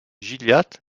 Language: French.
gilliatt